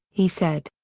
he said.